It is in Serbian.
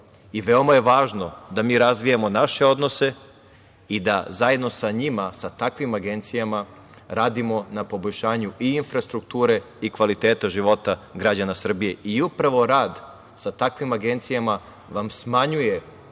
Veoma je važno da mi razvijamo naše odnose i da zajedno sa njima, sa takvim agencijama radimo na poboljšanju i infrastrukture i kvaliteta života građana Srbije. Upravo rad sa takvim agencijama van smanjuje